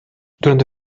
durante